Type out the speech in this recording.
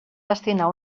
destinar